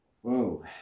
Whoa